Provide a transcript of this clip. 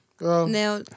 Now